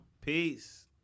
Peace